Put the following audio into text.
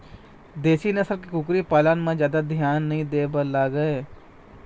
देशी नसल के कुकरी पालन म जादा धियान नइ दे बर लागय